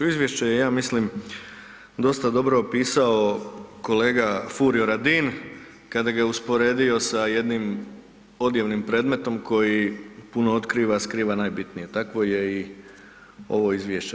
Izvješće je, ja mislim, dosta dobro opisao kolega Furio Radin kada ga je usporedio sa jedinim odjevnim predmetom koji puno otkriva, a skriva najbitnije, tako je i ovo izvješće.